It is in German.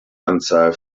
anzahl